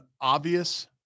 obvious